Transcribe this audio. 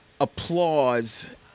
applause